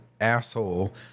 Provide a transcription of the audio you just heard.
asshole